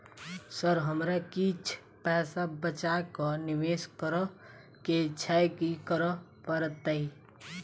Sir हमरा किछ पैसा बचा कऽ निवेश करऽ केँ छैय की करऽ परतै?